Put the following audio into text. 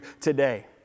today